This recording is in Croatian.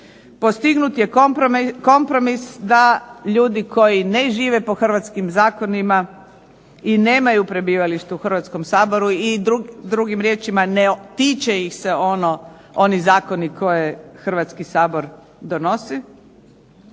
postignut je kompromis da ljudi koji ne žive po hrvatskim zakonima i nemaju prebivalište u Hrvatskom saboru i drugim riječima ne tiče ih se oni zakoni koje Hrvatski sabor donosi,